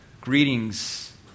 Greetings